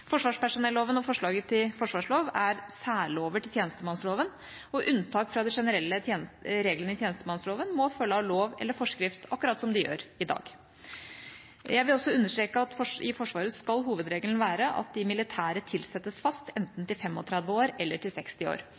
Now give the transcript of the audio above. Forsvarspersonelloven og forslaget til forsvarslov er særlover til tjenestemannsloven, og unntak fra de generelle reglene i tjenestemannsloven må følge av lov eller forskrift, akkurat som de gjør i dag. Jeg vil også understreke at i Forsvaret skal hovedregelen være at de militære tilsettes fast, enten til 35 år eller til 60 år.